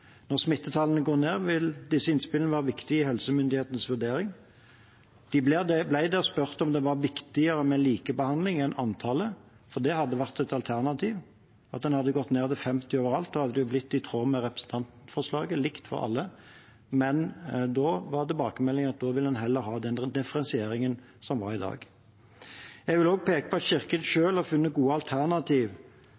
Når smittetallene går ned, vil disse innspillene være viktige i helsemyndighetenes vurdering. De ble spurt om det var viktigere med likebehandling enn antallet, for det hadde vært et alternativ at en hadde gått ned til 50 overalt. Da hadde det blitt i tråd med representantforslaget, likt for alle, men da var tilbakemeldingene at en heller ville ha den differensieringen som var i dag. Jeg vil også peke på at Kirken